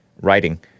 Writing